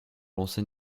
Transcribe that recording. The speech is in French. lancer